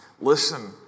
Listen